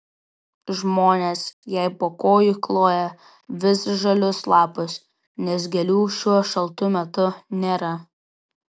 žmonės jai po kojų kloja visžalius lapus nes gėlių šiuo šaltu metu nėra